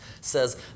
says